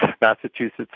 Massachusetts